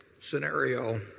scenario